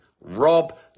Rob